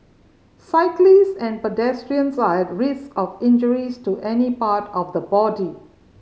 cyclist and pedestrians are at risk of injuries to any part of the body